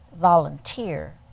volunteer